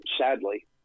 sadly